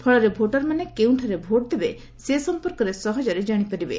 ଫଳରେ ଭୋଟରମାନେ କେଉଁଠାରେ ଭୋଟ୍ ଦେବେ ସେ ସମ୍ପର୍କରେ ସହଜରେ ଜାଣିପାରିବେ